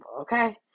okay